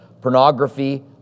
pornography